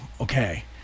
Okay